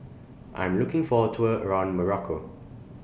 I Am looking For A Tour around Morocco